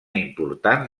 important